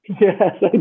Yes